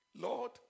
Lord